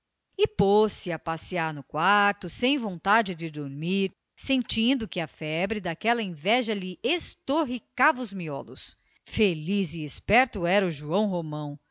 e pôs-se a passear no quarto sem vontade de dormir sentindo que a febre daquela inveja lhe estorricava os miolos feliz e esperto era o joão romão